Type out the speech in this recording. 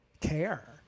care